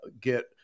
get